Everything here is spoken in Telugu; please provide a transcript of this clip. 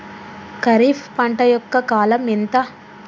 ఖరీఫ్ పంట యొక్క కాలం ఎంత?